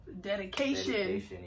dedication